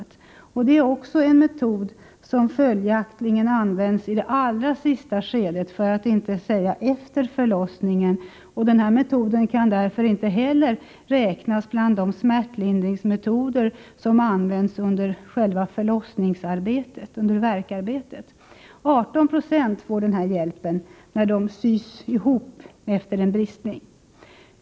Det är följaktligen också en metod som används i det allra sista skedet, för att inte säga efter förlossningen, och denna metod kan därför inte heller räknas bland de smärtlindringsmetoder som används under själva förlossningsoch värkarbetet. 18 90 får denna hjälp när de sys ihop efter en bristning.